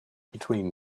between